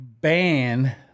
ban